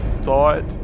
thought